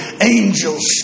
angels